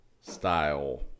style